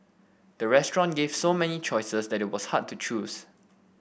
the restaurant gave so many choices that it was hard to choose